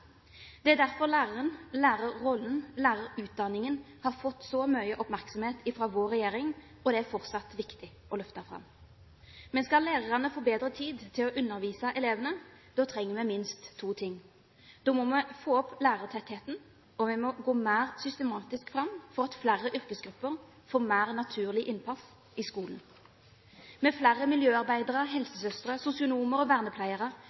Det er derfor læreren, lærerrollen, lærerutdanningen har fått så mye oppmerksomhet fra vår regjering, og det er fortsatt viktig å løfte fram. Men skal læreren få bedre tid til å undervise elevene, trenger vi minst to ting. Da må vi få opp lærertettheten, og vi må gå mer systematisk fram for at flere yrkesgrupper får mer naturlig innpass i skolen. Med flere miljøarbeidere, helsesøstre, sosionomer og vernepleiere